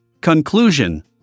Conclusion